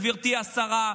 גברתי השרה?